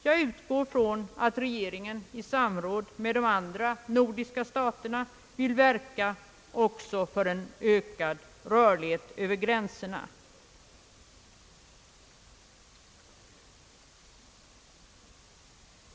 Jag utgår ifrån att regeringen i samråd med de andra nordiska staterna vill verka också för en ökad rörlighet över gränserna.